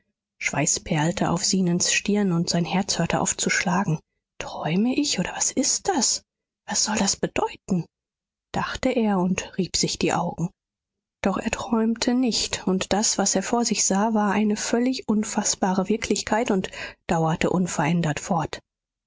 schweiß perlte auf zenons stirn und sein herz hörte auf zu schlagen träume ich oder was ist das was soll das bedeuten dachte er und rieb sich die augen doch er träumte nicht und das was er vor sich sah war eine völlig unfaßbare wirklichkeit und dauerte unverändert fort